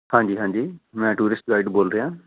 ਹਾਂਜੀ ਹਾਂਜੀ ਮੈਂ ਟੂਰਿਸਟ ਗਾਈਡ ਬੋਲ ਰਿਹਾਂ